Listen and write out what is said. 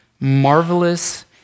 marvelous